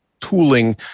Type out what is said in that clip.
tooling